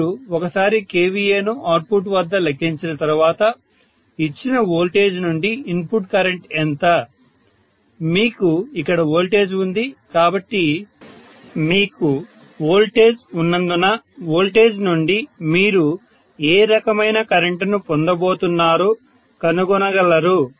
మీరు ఒకసారి kVA ను అవుట్పుట్ వద్ద లెక్కించిన తర్వాత ఇచ్చిన వోల్టేజ్ నుండి ఇన్పుట్ కరెంట్ ఎంత మీకు ఇక్కడ వోల్టేజ్ ఉంది కాబట్టి మీకు వోల్టేజ్ ఉన్నందున వోల్టేజ్ నుండి మీరు ఏ రకమైన కరెంటును పొందబోతున్నారో కనుగొనగలరు